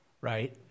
right